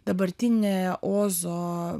dabartinėje ozo